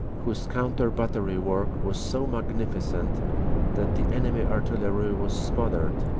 whose counter-battery work was so magnificent that the enemy artillery was smothered,